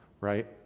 right